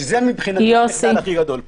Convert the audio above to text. שזה מבחינתי המחדל הכי גדול פה.